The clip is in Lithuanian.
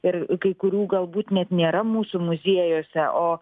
ir kai kurių galbūt net nėra mūsų muziejuose o